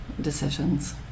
decisions